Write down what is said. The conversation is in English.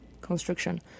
construction